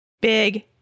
Big